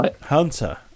Hunter